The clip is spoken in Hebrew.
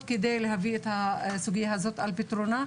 כדי להביא את הסוגיה הזאת על פתרונה.